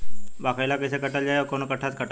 बाकला कईसे काटल जाई औरो कट्ठा से कटाई?